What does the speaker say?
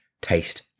taste